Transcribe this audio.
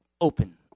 open